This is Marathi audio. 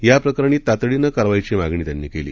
याप्रकरणी तातडीनं कारवाईची मागणी त्यांनी केली